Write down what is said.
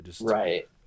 Right